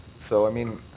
so i mean,